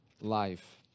life